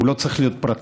שהוא לא צריך להיות פרטי.